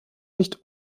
nicht